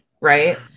right